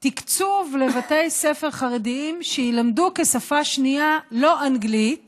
תקצוב של בתי ספר חרדיים שילמדו כשפה שנייה לא אנגלית